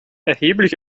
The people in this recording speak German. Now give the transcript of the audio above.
erheblich